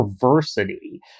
perversity